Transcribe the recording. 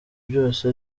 byose